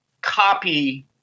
copy